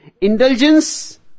Indulgence